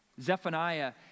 Zephaniah